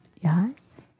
Yes